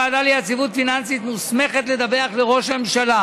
הוועדה ליציבות פיננסית מוסמכת לדווח לראש הממשלה